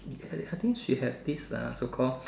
I think she have this uh so called